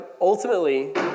Ultimately